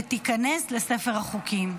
ותיכנס לספר החוקים.